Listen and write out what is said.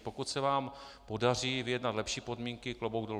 Pokud se vám podaří vyjednat lepší podmínky, klobouk dolů.